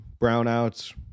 brownouts